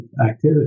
activity